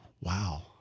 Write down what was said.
Wow